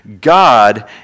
God